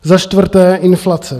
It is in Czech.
Za čtvrté inflace.